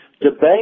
debate